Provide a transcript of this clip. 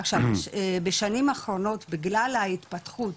עכשיו בשנים האחרונות בגלל ההתפתחות